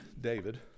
David